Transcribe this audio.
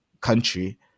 country